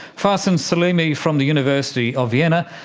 farsam salimi from the university of vienna,